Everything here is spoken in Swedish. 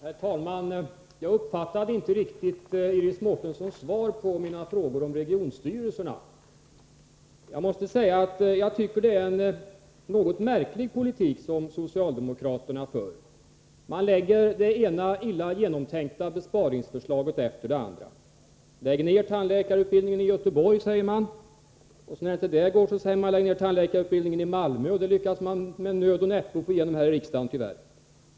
Herr talman! Jag uppfattade inte riktigt Iris Mårtenssons svar på mina frågor om regionstyrelserna. Jag måste säga att jag tycker det är en något märklig politik som socialdemokraterna för: man lägger fram det ena illa genomtänkta besparingsförslaget efter det andra. Lägg ned tandläkarutbildningen i Göteborg, säger man. Och när det inte går säger man: Lägg ned tandläkarutbildningen i Malmö — och det förslaget lyckades man med nöd och näppe få igenom här i riksdagen, tyvärr.